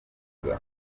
kuza